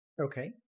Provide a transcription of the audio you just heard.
Okay